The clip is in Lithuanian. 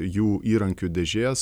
jų įrankių dėžės